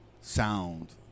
sound